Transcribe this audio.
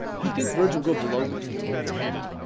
do you think virgil go below ten?